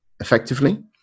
effectively